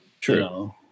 True